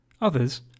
others